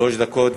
שלוש דקות.